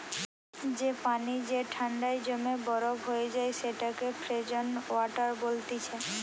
যে পানি যে ঠান্ডায় জমে বরফ হয়ে যায় সেটাকে ফ্রোজেন ওয়াটার বলতিছে